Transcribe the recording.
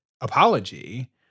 apology